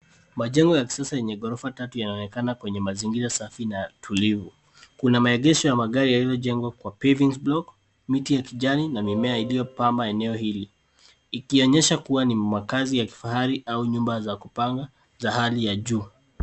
Majengo ya kisasa yenye ghorofa tatu yanaonekana kwenye mazingira safi na tulivu. Kuna maegesho ya magari yaliyojengwa kwa pavings block , miti ya kijani, na mimea iliyopamba eneo hili, ikionyesha kua na makazi ya kifahari au nyumba za kupanga za haki ya juu.